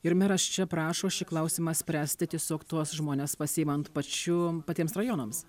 ir meras čia prašo šį klausimą spręsti tiesiog tuos žmones pasiimant pačių patiems rajonams